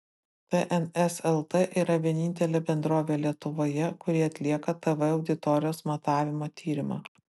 tns lt yra vienintelė bendrovė lietuvoje kuri atlieka tv auditorijos matavimo tyrimą